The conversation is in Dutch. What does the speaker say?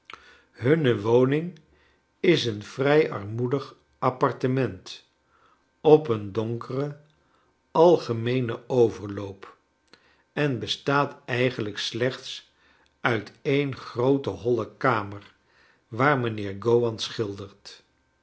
hunne woning is een vrij armoedig apartement op een donkeren algemeenen overloop en bestaat eigenlijk slechts uit en groote nolle learner waar mijnheer gowan schildert